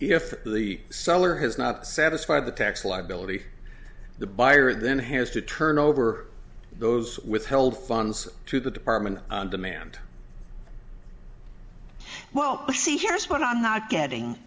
if the seller has not satisfied the tax liability the buyer then has to turn over those withheld funds to the department and demand welp see here's what i'm not getting